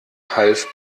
half